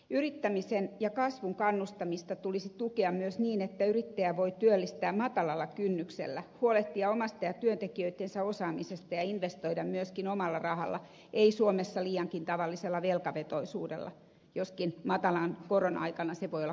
yrittämiseen ja kasvuun kannustamista tulisi tukea myös niin että yrittäjä voi työllistää matalalla kynnyksellä huolehtia omasta ja työntekijöittensä osaamisesta ja investoida myöskin omalla rahalla ei suomessa liiankin tavallisella velkavetoisuudella joskin matalan koron aikana se voi olla kannattavaakin